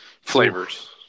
flavors